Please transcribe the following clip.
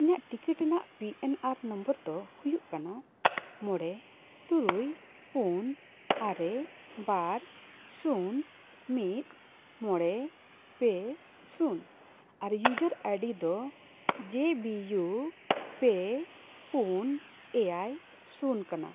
ᱤᱧᱟᱹᱜ ᱴᱤᱠᱤᱴ ᱨᱮᱱᱟᱜ P N R number ᱫᱚ ᱦᱩᱭᱩᱜ ᱠᱟᱱᱟ ᱢᱚᱬᱮ ᱛᱩᱨᱩᱭ ᱯᱩᱱ ᱟᱨᱮ ᱵᱟᱨ ᱥᱩᱱ ᱢᱤᱫ ᱢᱚᱬᱮ ᱯᱮ ᱥᱩᱱ ᱟᱨ ᱭᱩᱡᱟᱨ ᱟᱭᱰᱤ ᱫᱚ ᱡᱮ ᱵᱤ ᱭᱩ ᱯᱮ ᱯᱩᱱ ᱮᱭᱟᱭ ᱥᱩᱱ ᱠᱟᱱᱟ